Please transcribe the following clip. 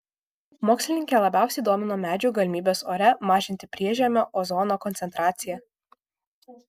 mokslininkę labiausiai domina medžių galimybės ore mažinti priežemio ozono koncentraciją